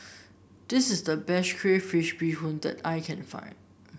this is the best Crayfish Beehoon that I can find